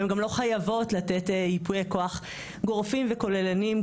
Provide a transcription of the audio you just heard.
הן גם לא חייבות לתת ייפויי כוח גורפים וכוללניים,